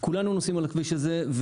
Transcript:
כולנו נוסעים על הכביש הזה,